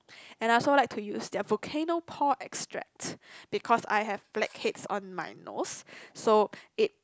and I also like to use their Volcano pore extract because I have blackheads on my nose so it